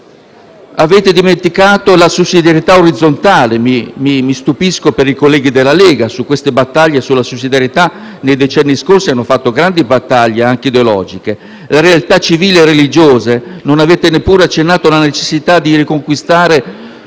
Avete dimenticato la sussidiarietà orizzontale (mi stupisco dei colleghi della Lega, che sulla sussidiarietà nei decenni scorsi hanno fatto grandi battaglie anche ideologiche) le realtà civili e religiose. Non avete neppure accennato alla necessità di riconquistare